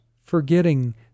forgetting